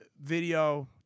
video